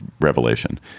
revelation